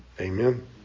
Amen